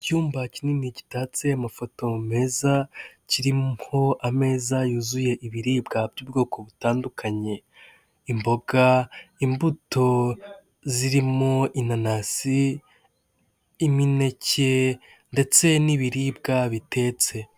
Icyumba kinini gitatse amafoto meza kiriho ameza yuzuye ibiribwa by'ubwoko butandukanye imboga, imbuto zirimo inanasi, imineke ndetse n'ibiribwa bitetse.